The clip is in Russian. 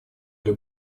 для